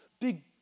big